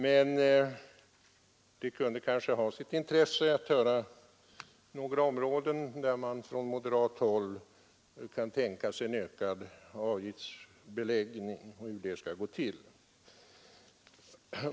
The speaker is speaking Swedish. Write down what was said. Men det kunde kanske ha sitt intresse att få exempel på några områden där man från moderat håll kan tänka sig en ökad avgiftsbeläggning och hur den skall gå till.